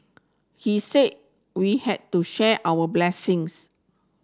he said we had to share our blessings